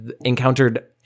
encountered